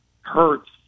hurts